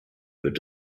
wird